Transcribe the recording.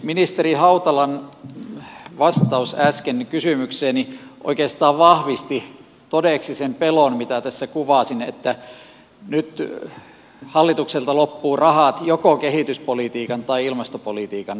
ministeri hautalan vastaus äsken kysymykseeni oikeastaan vahvisti todeksi sen pelon mitä tässä kuvasin että nyt hallitukselta loppuu rahat joko kehityspolitiikan tai ilmastopolitiikan toteuttamisessa